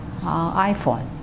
iPhone